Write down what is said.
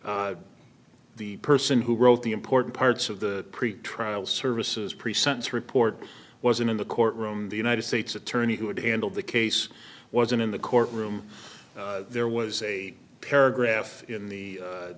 myself the person who wrote the important parts of the pretrial services pre sentence report wasn't in the courtroom the united states attorney who had handled the case wasn't in the courtroom there was a paragraph in the